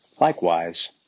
Likewise